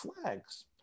flags